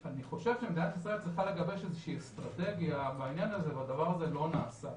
מדינת ישראל צריכה לגבש אסטרטגיה בעניין הזה והדבר הזה לא נעשה.